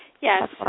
Yes